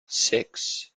six